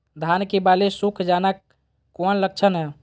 धान की बाली सुख जाना कौन लक्षण हैं?